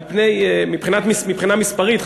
מבחינה מספרית,